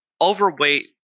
Overweight